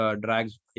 drags